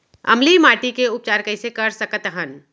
अम्लीय माटी के उपचार कइसे कर सकत हन?